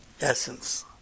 essence